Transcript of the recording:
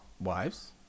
wives